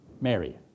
Mary